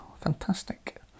Fantastic